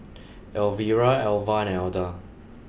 Elvira Elva and Elda